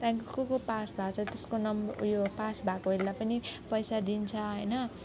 त्यहाँदेखिको को को पास भएको छ त्यसको नाम उयो पास भएकोहरूलाई पनि पैसा दिन्छ होइन